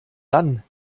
dann